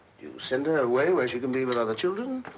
you send her away where she can be with other children?